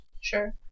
Sure